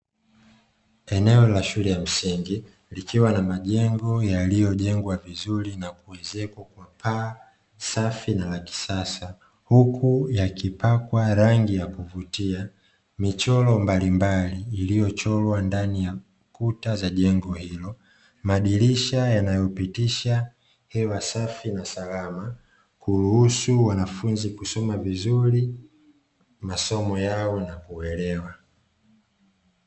Eneo la shule ya msingi likiwa na majengo yaliyojengwa vizuri na kuezekwa kwa Kupaa safi na la kisasa; huku yakipakwa rangi ya kuvutia ,michoro mbalimbali iliyochorwa ndani ya kuta za jengo hilo. Madirisha yanayopitisha hewa safi na salama kuruhusu wanafunzi kusoma vizuri masomo yao na kuelewa.